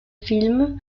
films